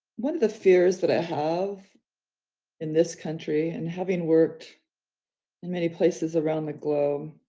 what are the fears that i have in this country and having worked in many places around the globe,